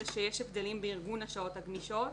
זה שיש הבדלים בארגון השעות הגמישות,